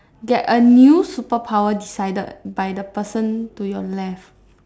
get a new superpower decided by the person to your left